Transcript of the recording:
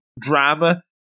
drama